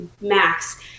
max